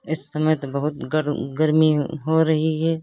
इस समय तो बहुत गर गर्मी हो रही है